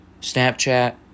Snapchat